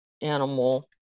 animal